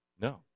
No